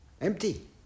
empty